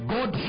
God